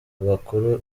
abakuru